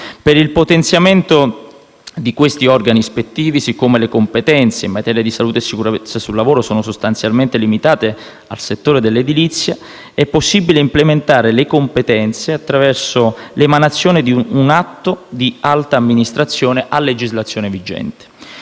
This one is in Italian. Il potenziamento di questi organi ispettivi, siccome le competenze in materia di salute e sicurezza sul lavoro sono sostanzialmente limitate al settore dell'edilizia, è possibile attraverso l'emanazione di un atto di alta amministrazione a legislazione vigente,